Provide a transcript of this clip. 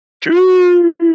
Two